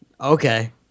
okay